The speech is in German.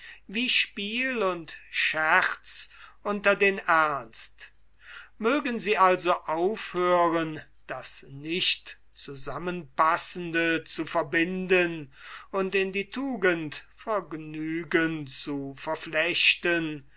wie spiel und scherz unter den ernst mögen sie also aufhören das nicht zusammenpassende zu verbinden und in die tugend vergnügen zu verflechten